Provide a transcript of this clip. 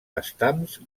estams